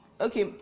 okay